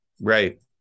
Right